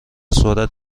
سرعت